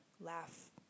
laugh